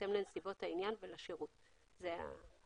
בהתאם לנסיבות העניין ולשירות תודה.